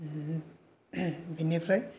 बिनिफ्राय